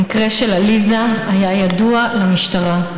המקרה של עליזה היה ידוע למשטרה,